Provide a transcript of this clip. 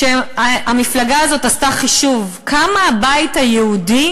שהמפלגה הזאת עשתה חישוב כמה הבית היהודי